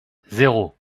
zéro